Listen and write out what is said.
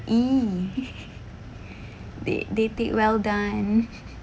!ee! they they take well done